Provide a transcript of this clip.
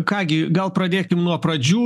ką gi gal pradėkim nuo pradžių